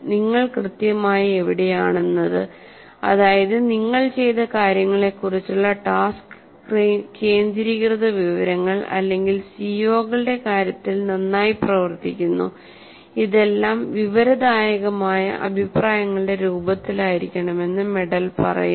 നിങ്ങൾ കൃത്യമായി എവിടെയാണെന്നത് അതായത് നിങ്ങൾ ചെയ്ത കാര്യങ്ങളെക്കുറിച്ചുള്ള ടാസ്ക് കേന്ദ്രീകൃത വിവരങ്ങൾ അല്ലെങ്കിൽ സിഒകളുടെ കാര്യത്തിൽ നന്നായി പ്രവർത്തിക്കുന്നു ഇതെല്ലാം വിവരദായകമായ അഭിപ്രായങ്ങളുടെ രൂപത്തിലായിരിക്കണമെന്ന് മെഡൽ പറയുന്നു